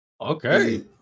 okay